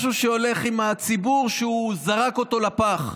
משהו שהולך עם הציבור שהוא זרק אותו לפח.